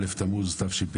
א' תמוז תשפ"ג.